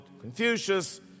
Confucius